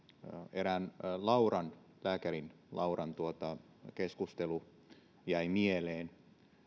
erään lääkärin lauran keskustelu jäi mieleen